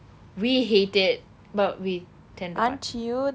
we hate it but we tend to